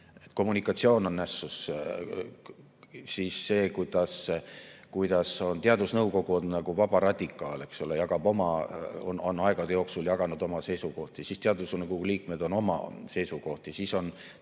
kommunikatsioon on nässus. Siis see, kuidas teadusnõukoda on nagu vaba radikaal, on aegade jooksul jaganud oma seisukohti, siis teadusnõukoja liikmed on [jaganud] oma seisukohti, siis